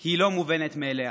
היא לא מובנת מאליה.